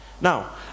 Now